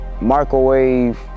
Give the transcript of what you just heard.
microwave